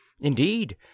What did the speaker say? Indeed